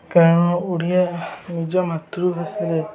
କାରଣ ଓଡ଼ିଆ ନିଜ ମାତୃଭାଷାରେ